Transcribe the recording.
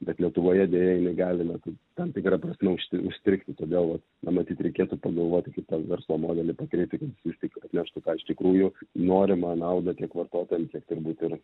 bet lietuvoje deja jinai gali na tam tikra prasme užstr užstrigti todėl vat na matyt reikėtų pagalvoti kaip tą verslo modelį padaryti vis tik atneštų tą iš tikrųjų norimą naudą tiek vartotojam tiek turbūt ir